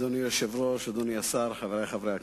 אדוני היושב-ראש, אדוני השר, חברי חברי הכנסת,